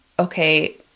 okay